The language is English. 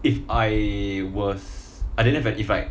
if I was I didn't verify